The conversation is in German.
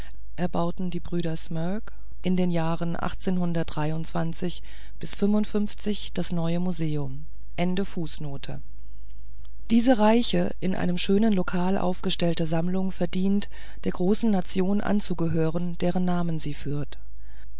erbaut das neue museum diese reiche in einem schönen lokal aufgestellte sammlung verdient der großen nation anzugehören deren namen sie führt